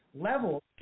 level